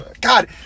God